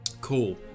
Cool